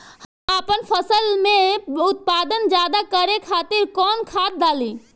हम आपन फसल में उत्पादन ज्यदा करे खातिर कौन खाद डाली?